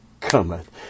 cometh